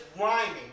rhyming